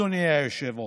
אדוני היושב-ראש.